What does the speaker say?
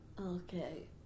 Okay